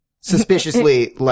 suspiciously